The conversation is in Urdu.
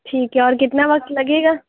ٹھیک ہے اور کتنا وقت لگے گا